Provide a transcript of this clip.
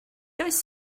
oes